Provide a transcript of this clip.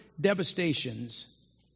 devastations